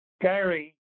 Gary